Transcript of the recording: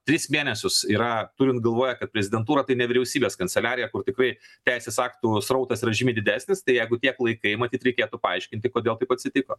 tris mėnesius yra turint galvoje kad prezidentūra tai ne vyriausybės kanceliarija kur tikrai teisės aktų srautas yra žymiai didesnis tai jeigu tiek laikai matyt reikėtų paaiškinti kodėl taip atsitiko